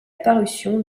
parution